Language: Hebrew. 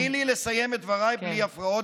תני לי לסיים את דבריי בלי הפרעות,